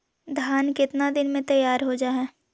धान केतना दिन में तैयार हो जाय है?